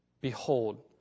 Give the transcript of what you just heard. Behold